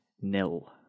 nil